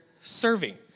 serving